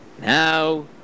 Now